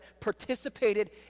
participated